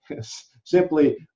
simply